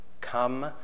Come